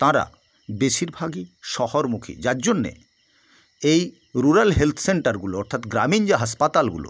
তাঁরা বেশিরভাগই শহরমুখী যার জন্যে এই রুরাল হেলথ সেন্টারগুলো অর্থাৎ গ্রামীণ যে হাসপাতালগুলো